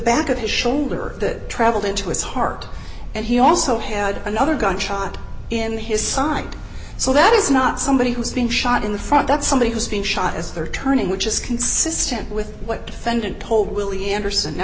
back of his shoulder that traveled into his heart and he also had another gunshot in his side so that is not somebody who's been shot in the front that somebody has been shot as they're turning which is consistent with what defendant told willie anderson